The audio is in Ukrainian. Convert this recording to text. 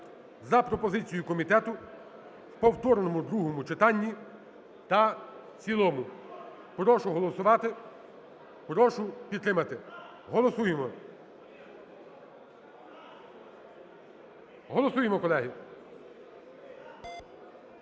за пропозицією комітету в повторному другому читанні та в цілому. Прошу голосувати. Прошу підтримати. Голосуємо. Голосуємо, колеги.